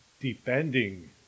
defending